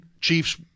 Chiefs